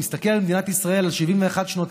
מסתכל על מדינת ישראל על 71 שנותיה,